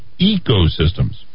ecosystems